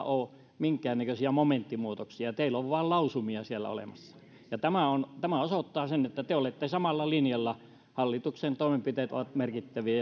ole minkäännäköisiä momenttimuutoksia teillä on vain lausumia siellä olemassa tämä osoittaa sen että te olette samalla linjalla hallituksen toimenpiteet ovat merkittäviä